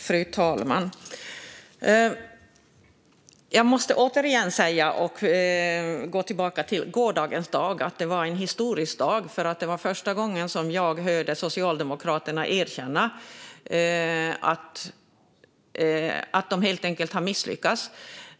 Fru talman! Jag måste återigen gå tillbaka till gårdagen. Det var en historisk dag. Det var första gången som jag hörde Socialdemokraterna erkänna att de misslyckats.